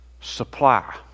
Supply